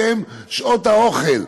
שהן שעות האוכל,